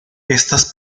estas